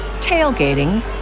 tailgating